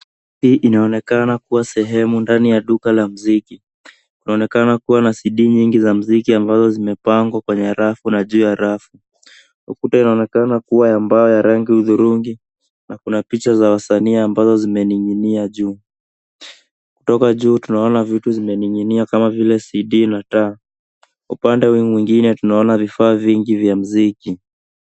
Hii inaonekana kuwa sehemu ndani ya duka la muziki. Kunaonekana kuwa na cd nyingi za muziki ambazo zimepangwa kwenye rafu na juu ya rafu. Ukuta inaonekana kuwa ambayo ya rangi udhurungi, na kuna picha za wasanii ambazo zimening'inia juu. Kutoka juu tunaona vitu zimening'inia kama vile cd na taa. Upande huu mwingine tunaona vifaa vingi vya muziki.